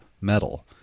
Metal